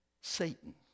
Satan